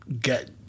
get